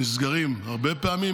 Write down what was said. נסגרים הרבה פעמים.